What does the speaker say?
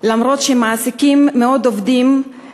למרות שהם מעסיקים מאות עובדים,